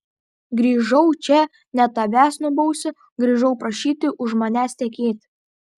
grįžau čia ne tavęs nubausti grįžau prašyti už manęs tekėti